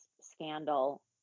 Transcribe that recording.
scandal